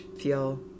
feel